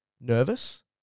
nervous